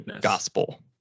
gospel